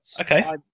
okay